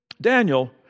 Daniel